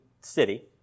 city